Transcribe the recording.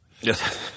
Yes